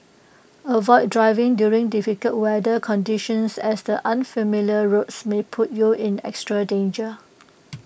avoid driving during difficult weather conditions as the unfamiliar roads may put you in extra danger